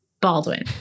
Baldwin